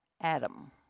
Adam